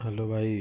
hello ଭାଇ